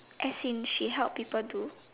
as in she help people do